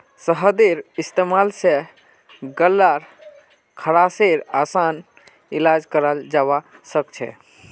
शहदेर इस्तेमाल स गल्लार खराशेर असान इलाज कराल जबा सखछे